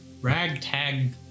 ragtag